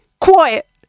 Quiet